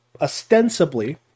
ostensibly